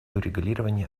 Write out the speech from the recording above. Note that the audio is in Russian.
урегулирования